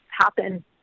happen